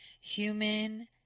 Human